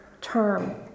term